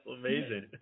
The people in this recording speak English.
amazing